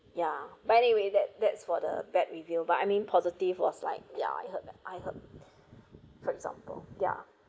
ya but anyway that that's for the bad review but I mean positive was like yeah I heard I heard for example ya